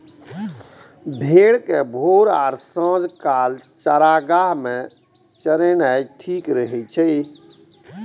भेड़ कें भोर आ सांझ काल चारागाह मे चरेनाय ठीक रहै छै